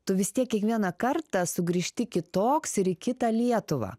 tu vis tiek kiekvieną kartą sugrįžti kitoks ir į kitą lietuvą